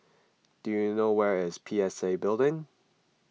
do you know where is P S A Building